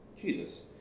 Jesus